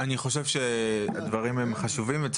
אני חושב שהדברים הם חשובים ואנחנו